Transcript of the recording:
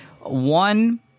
One